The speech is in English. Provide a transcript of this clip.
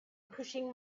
pushing